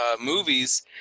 movies